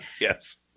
Yes